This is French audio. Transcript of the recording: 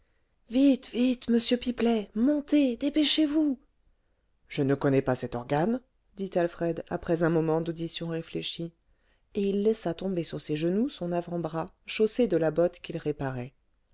vite vite monsieur pipelet montez dépêchez-vous je ne connais pas cet organe dit alfred après un moment d'audition réfléchie et il laissa tomber sur ses genoux son avant-bras chaussé de la botte qu'il réparait